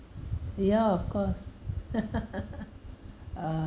ya of course ah